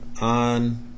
On